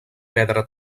pedra